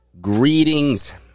Greetings